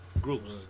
Groups